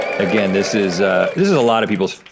again, this is, this is a lot of people's,